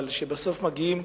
אבל כשבסוף מגיעים